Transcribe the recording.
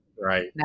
right